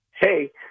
hey